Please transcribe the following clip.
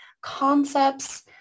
concepts